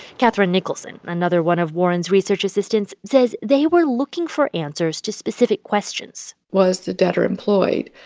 catherine nicholson, another one of warren's research assistants, says they were looking for answers to specific questions was the debtor employed?